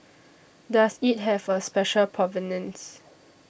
does it have a special provenance